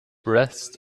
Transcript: breathed